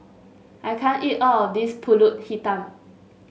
I can't eat all of this pulut hitam